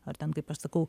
ar ten kaip aš sakau